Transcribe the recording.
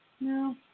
no